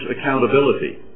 accountability